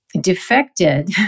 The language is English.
defected